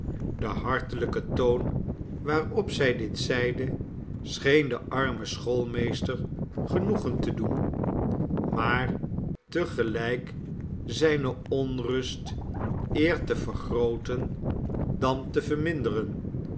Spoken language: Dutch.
de hartelijke toon waarop zij dit zeide scheen den armen schoolmeester genoegen te doen maar te gelijk zijne onrust eer te vergrooten dan te verminderen